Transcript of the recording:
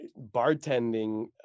bartending